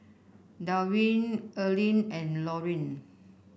Darwyn Erling and Loring